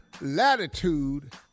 latitude